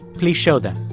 please show them.